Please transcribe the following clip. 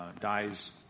dies